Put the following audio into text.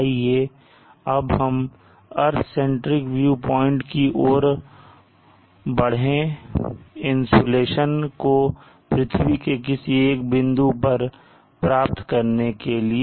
आइए अब हम अर्थ सेंट्रिक व्यू प्वाइंट की ओर बढ़े इंसुलेशन को पृथ्वी के किसी एक बिंदु पर प्राप्त करने के लिए